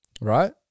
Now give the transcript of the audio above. right